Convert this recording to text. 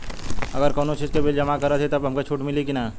अगर कउनो चीज़ के बिल जमा करत हई तब हमके छूट मिली कि ना?